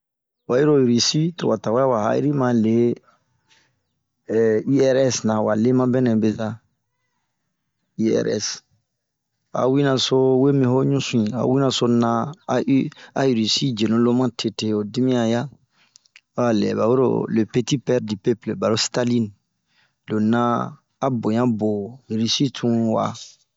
Oyilo Risi to wa tawɛ awa ha'iri ma lii ɛɛh iɛrɛsi na wa lema bɛnɛ beza, liɛrɛse, a winaso womi ho ɲusi? Awi nasso na a ii a risi yenu lo matete ho dimiɲan ya?ho a lɛba yalo le peti pɛre di pepile barlo Stalim, lo na a boɲa bo risi tun wa.